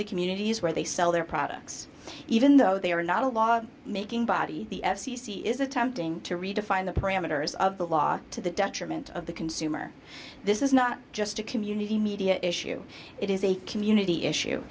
the communities where they sell their products even though they are not a law making body the f c c is attempting to redefine the parameters of the law to the detriment of the consumer this is not just a community media issue it is a community issue